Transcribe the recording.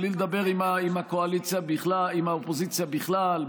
בלי לדבר עם האופוזיציה בכלל,